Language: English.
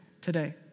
today